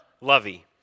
lovey